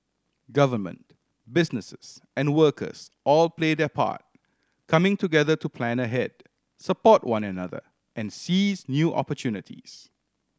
government businesses and workers all play their part coming together to plan ahead support one another and seize new opportunities